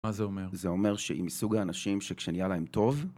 מה זה אומר? זה אומר שהיא מסוג האנשים שכשנהיה להם טוב